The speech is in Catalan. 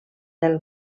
del